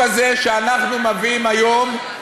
פופוליזם לא מתאים לכם,